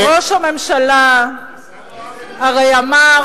אבל ראש הממשלה הרי אמר,